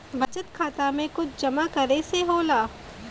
बचत खाता मे कुछ जमा करे से होला?